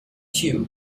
tube